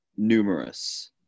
numerous